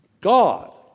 God